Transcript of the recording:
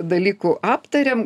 dalykų aptarėm